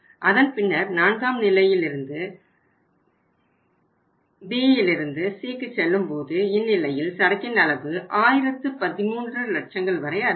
அதன் பின்னர் நான்காம் நிலையிலிருந்து நான்காம் நிலையில் Bயிலிருந்து Cக்கு செல்லும்போது இந்நிலையில் சரக்கின் அளவு 1013 லட்சங்கள் வரை அதிகரிக்கும்